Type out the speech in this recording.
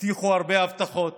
הבטיחו הרבה הבטחות,